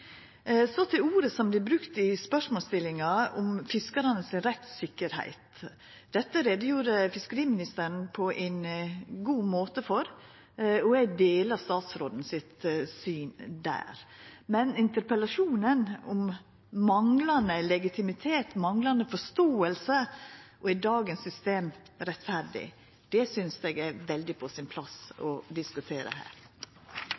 Så til ordet som vert brukt i spørsmålsstillinga, «rettssikkerheten» til fiskarane. Dette gjorde fiskeriministeren greie for på ein god måte, og eg deler statsråden sitt syn der. Men temaa i interpellasjonen om manglande legitimitet, manglande forståing og om dagens system er rettferdig, synest eg er heilt på sin plass å diskutera her.